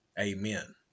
Amen